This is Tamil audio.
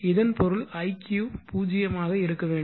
இதன் பொருள் iq 0 ஆக இருக்க வேண்டும்